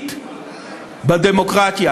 מהותית בדמוקרטיה.